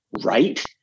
right